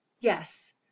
Yes